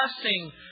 blessing